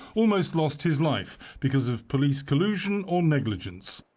almost lost his life because of police collusion or negligence.